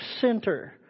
center